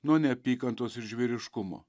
nuo neapykantos ir žvėriškumo